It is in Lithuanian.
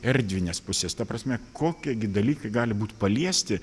erdvines puses ta prasme kokie gi dalykai gali būti paliesti